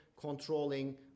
controlling